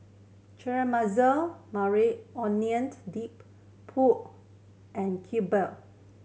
Caramelize Maui Onioned Dip Pho and Kimbap